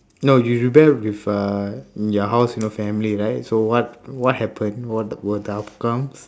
no you rebel with uh your house you know family right so what what happened what were the outcomes